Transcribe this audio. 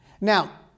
Now